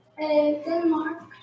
Denmark